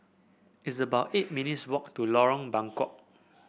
it's about eight minutes' walk to Lorong Buangkok